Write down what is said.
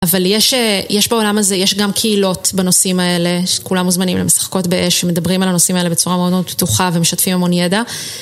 אבל יש בעולם הזה, יש גם קהילות בנושאים האלה, שכולם מוזמנים למשחקות באש, שמדברים על הנושאים האלה בצורה מאוד פתוחה ומשתפים המון ידע.